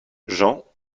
jean